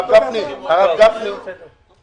הרב גפני, שנייה.